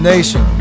Nation